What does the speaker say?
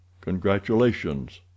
CONGRATULATIONS